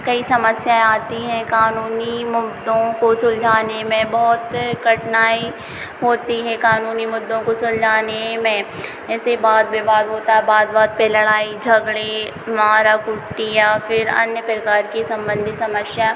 कई समस्याएँ आती हैं क़ानूनी मुद्दों को सुलझाने में बहुत कठिनाई होती है क़ा नूनी मुद्दों को सुलझाने में ऐसे वाद विवाद होता है बात बात पर लड़ाई झगड़े मारा कूटी या फिर अन्य प्रकार की संबंधी समस्या